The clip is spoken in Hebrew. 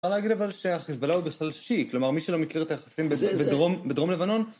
אפשר להגיד אבל שהחיזבאללה הוא בכלל שיעי, כלומר, מי שלא מכיר את היחסים בדרום, בדרום לבנון